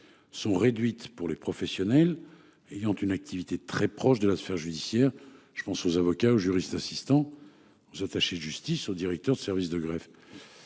Sont réduites pour les professionnels ayant une activité très proche de la sphère judiciaire. Je pense aux avocats ou juristes assistants s'attacher justice au directeur de service de grève.